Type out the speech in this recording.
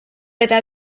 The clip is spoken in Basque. eta